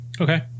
Okay